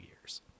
years